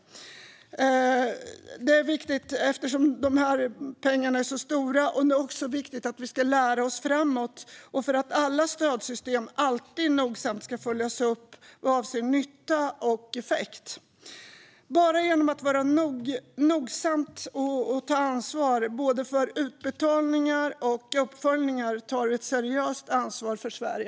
Men det är också viktigt för att vi ska lära oss framåt och för att alla stödsystem alltid nogsamt ska följas upp vad avser nytta och effekt. Bara genom att nogsamt ta ansvar för både utbetalningar och uppföljningar tar vi ett seriöst ansvar för Sverige.